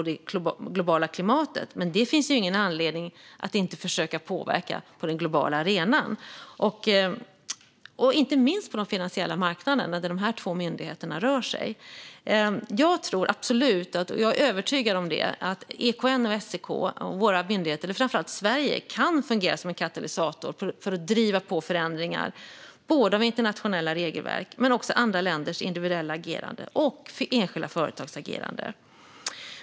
Det är dock inte en anledning att inte försöka påverka på den globala arenan, inte minst på de finansiella marknaderna där de här två aktörerna rör sig. Jag är övertygad om att EKN och SEK, och framför allt Sverige, kan fungera som en katalysator för att driva på förändringar både av internationella regelverk och av andra länders och enskilda företags individuella agerande.